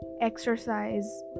exercise